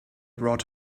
brought